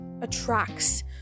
attracts